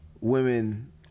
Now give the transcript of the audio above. women